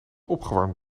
opgewarmd